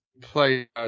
play